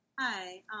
Hi